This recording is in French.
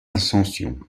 ascension